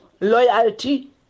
loyalty